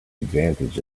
advantage